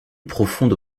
profonde